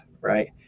right